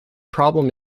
problem